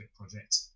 project